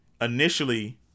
initially